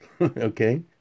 okay